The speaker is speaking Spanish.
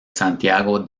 santiago